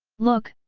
look,